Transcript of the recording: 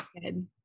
good